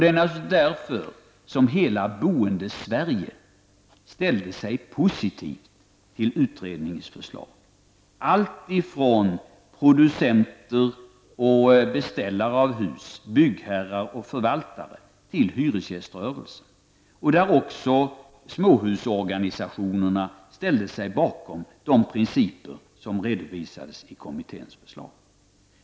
Därför ställde sig hela Boendesverige positivt till utredningsförslaget, alltifrån producenter, beställare av hus, byggherrar och förvaltare till hyresgäströrelsen. Småhusorganisationerna ställde sig också bakom de principer som redovisades i kommitténs förslag.